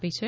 આપી છે